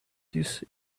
this